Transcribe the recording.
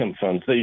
funds